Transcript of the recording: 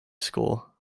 school